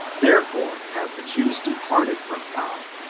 therefore have the jews departed from god,